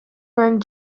wearing